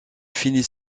finit